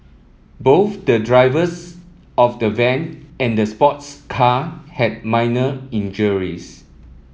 both the drivers of the van and the sports car had minor injuries